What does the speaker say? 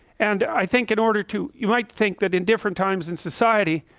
and i think in order to you might think that in different times in society